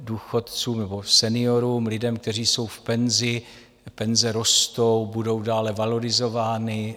Důchodcům nebo seniorům, lidem, kteří jsou v penzi, penze rostou, budou dále valorizovány.